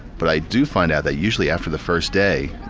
but i do find out that usually after the first day,